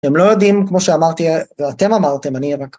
הם לא יודעים, כמו שאמרתי, ואתם אמרתם אני אבקר.